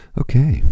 Okay